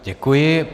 Děkuji.